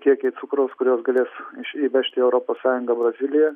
kiekiai cukraus kuriuos galės įvežt į europos sąjungą brazilija